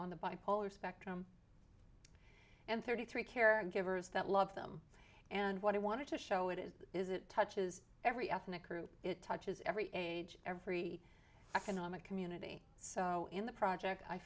on the bipolar spectrum and thirty three caregivers that love them and what i wanted to show it is is it touches every ethnic group it touches every age every economic community so in the project i